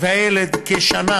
והילד כשנה.